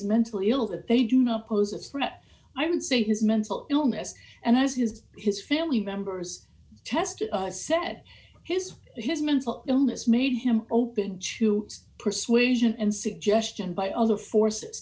mentally ill that they do not pose a threat i would say his mental illness and as is his family members tested said his his mental illness made him open to persuasion and suggestion by other forces